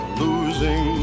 losing